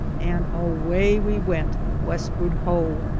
and away we went westward ho!